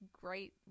great